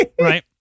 Right